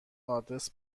آدرس